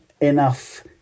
enough